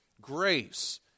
grace